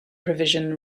provision